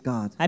God